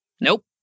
Nope